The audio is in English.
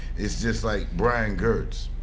it's just like brian gertz.